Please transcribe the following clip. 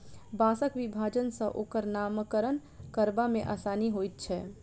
बाँसक विभाजन सॅ ओकर नामकरण करबा मे आसानी होइत छै